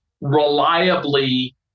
reliably